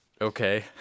Okay